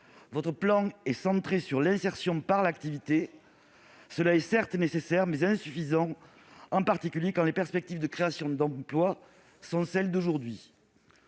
Votre plan est centré sur l'insertion par l'activité : cela est certes nécessaire, mais insuffisant, en particulier compte tenu des perspectives de créations d'emplois qui sont celles d'aujourd'hui.